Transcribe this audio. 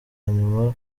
nyuma